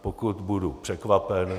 Pokud budu překvapen.